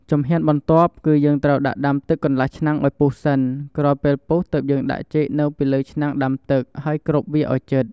ជំហានបន្ទាប់គឺយើ់ងត្រូវដាក់ដាំទឹកកន្លះឆ្នាំងឱ្យពុះសិន ក្រោយពេលពុះទើបយើងដាក់ចេកនៅពីលើឆ្នាំងដាំទឹក ហើយគ្របវាឱ្យជិត។